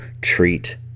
treat